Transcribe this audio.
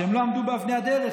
שהם לא עמדו באבני הדרך,